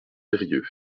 eyrieux